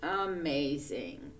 Amazing